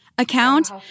account